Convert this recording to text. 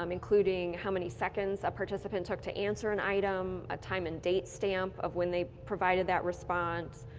um including how many seconds a participant took to answer an item, a time and date stamp of when they provided that response,